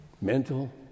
mental